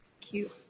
cute